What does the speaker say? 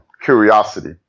curiosity